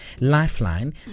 Lifeline